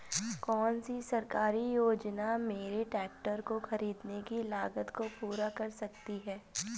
कौन सी सरकारी योजना मेरे ट्रैक्टर को ख़रीदने की लागत को पूरा कर सकती है?